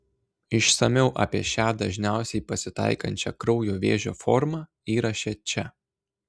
išsamiau apie šią dažniausiai pasitaikančią kraujo vėžio formą įraše čia